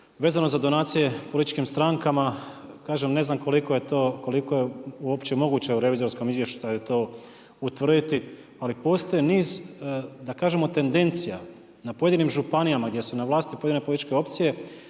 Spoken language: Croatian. Vezano za donacije političkim strankama kažem ne znam koliko je to, koliko je uopće moguće u revizorskom izvještaju to utvrditi. Ali postoji niz, da kažemo tendencija na pojedinim županijama gdje su na vlasti pojedine političke opcije,